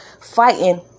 fighting